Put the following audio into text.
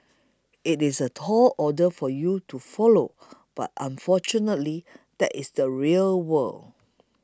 it's a tall order for you to follow but unfortunately that's the real world